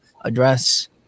address